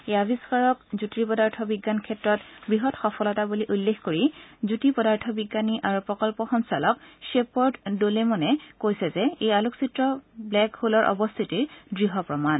এই আৱিস্কাৰক জ্যোৰ্তিপদাৰ্থ বিজ্ঞান ক্ষেত্ৰৰ বৃহৎ সফলতা বুলি উল্লেখ কৰি জ্যোৰ্তিপদাৰ্থ বিজ্ঞানী আৰু প্ৰকল্প সঞ্চালক শ্বেপৰ্দ দোলেমনে কৈছে যে এই আলোকচিত্ৰ ৱেক হলৰ অৱস্থিতিৰ দৃঢ় প্ৰমাণ